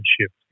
shift